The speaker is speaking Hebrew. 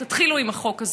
תתחילו עם החוק הזה,